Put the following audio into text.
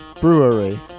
brewery